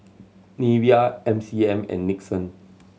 Nivea M C M and Nixon